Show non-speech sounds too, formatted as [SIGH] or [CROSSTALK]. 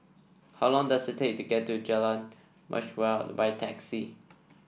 how long does it take to get to Jalan [UNINTELLIGIBLE] by taxi